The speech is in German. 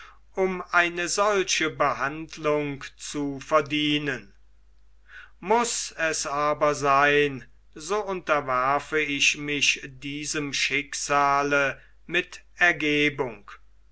um eine solche behandlung zu verdienen muß es aber sein so unterwerfe ich mich diesem schicksale mit ergebung